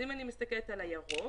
אם אני מסתכלת על הירוק,